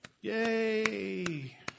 Yay